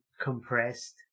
compressed